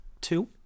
two